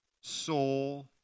soul